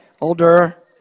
older